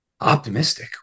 optimistic